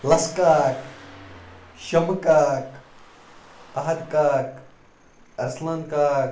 Lassa Kak Shamma Kak Ahad Kak Arsalan Kak